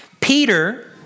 Peter